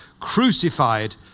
crucified